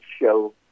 show